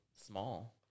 small